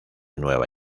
nueva